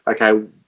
okay